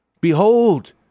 Behold